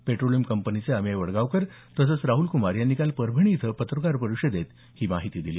petroleum कंपनीचे अमेय वरडगावकर तसंच राहल्कुमार यांनी काल परभणी इथं पत्रकार परिषदेत ही माहिती दिली